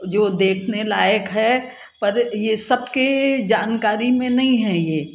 जो देखने लायक़ है पर ये सब की जानकारी में नहीं है ये